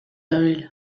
dabil